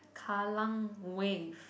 Kallang Wave